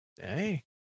hey